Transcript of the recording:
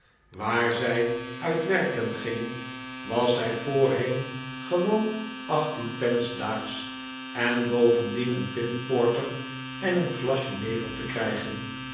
waar zij uit werken ging was zij voorheen gewoon achttien pence daags en bovendien een pint porter en een glas jenever te krijgen